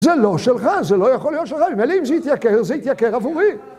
זה לא שלך! זה לא יכול להיות שלך! אבל אם זה יתייקר, זה יתייקר עבורי!